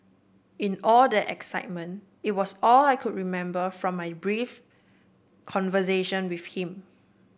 in all that excitement it was all I could remember from my brief conversation with him